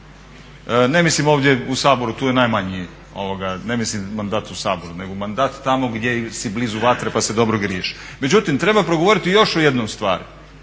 Ne mislim ovdje u Saboru, tu je najmanje, ne mislim mandat u Saboru nego mandat tamo gdje si blizu vatre pa se dobro griješ. Međutim, treba progovoriti još o jednoj stvari.